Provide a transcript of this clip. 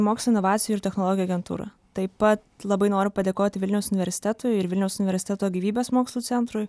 mokslo inovacijų ir technologijų agentūra taip pa labai noriu padėkot vilniaus universitetui ir vilniaus universiteto gyvybės mokslų centrui